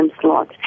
slot